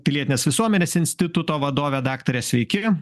pilietinės visuomenės instituto vadovė daktare sveiki